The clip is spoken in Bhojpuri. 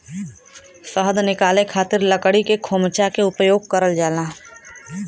शहद निकाले खातिर लकड़ी के खोमचा के उपयोग करल जाला